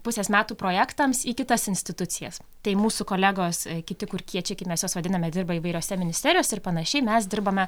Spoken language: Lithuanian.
pusės metų projektams į kitas institucijas tai mūsų kolegos kiti kurkiečiai kaip mes juos vadiname dirba įvairiose ministerijose ir panašiai mes dirbame